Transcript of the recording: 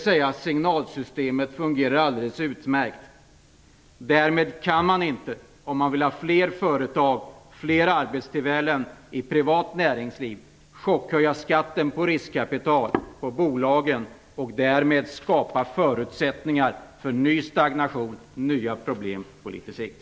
Signalsystemet fungerade alldeles utmärkt. Därmed kan man inte, om man vill ha fler företag och fler arbetstillfällen i privat näringsliv, chockhöja skatten på riskkapital och på bolagen och därmed skapa förutsättningar för ny stagnation och nya problem på litet sikt.